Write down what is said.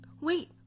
wait